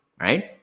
right